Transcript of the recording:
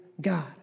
God